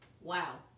Wow